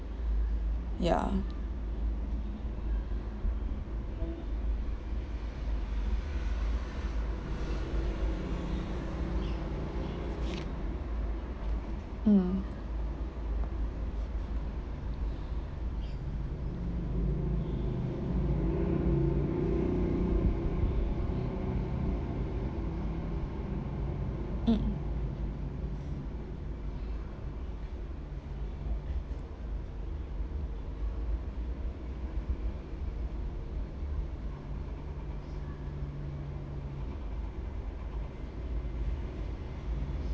ya mm mm